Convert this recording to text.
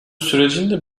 sürecin